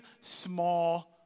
small